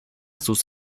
sus